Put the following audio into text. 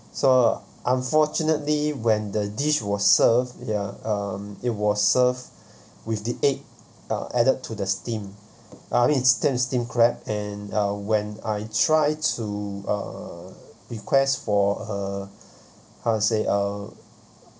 so unfortunately when the dish was served ya um it was served with the egg uh added to the steamed I mean steamed crab and uh when I try to uh request for a how to say uh